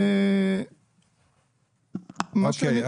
אוקיי,